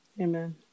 Amen